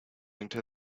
into